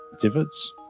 divots